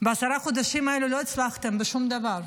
בעשרת החודשים האלה לא הצלחתם בשום דבר.